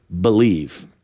believe